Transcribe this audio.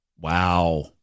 wow